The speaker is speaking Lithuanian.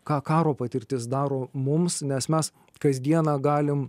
ką karo patirtis daro mums nes mes kasdieną galim